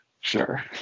sure